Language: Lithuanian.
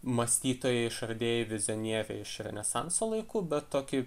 mąstytojai išradėjai vizionieriai iš renesanso laikų bet tokį